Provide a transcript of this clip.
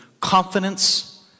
confidence